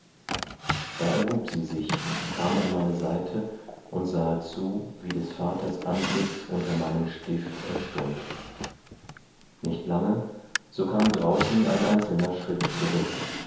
da erhub sie sich kam an meine seite und sahe zu wie des vaters antlitz unter meinem stift entstund nicht lange so kam draußen ein einzelner schritt zurück